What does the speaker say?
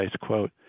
quote